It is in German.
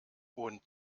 und